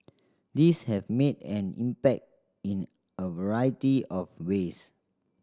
these have made an impact in a variety of ways